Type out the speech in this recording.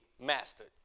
mastered